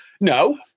no